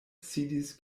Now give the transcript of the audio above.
sidis